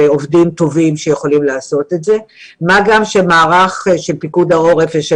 עובדים טובים שיכולים לעשות את זה מה גם שמערך של פיקוד העורף ושל